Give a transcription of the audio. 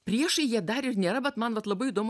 priešai jie dar ir nėra bet man vat labai įdomu